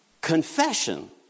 Confession